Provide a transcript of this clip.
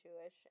Jewish